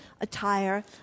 attire